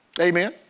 Amen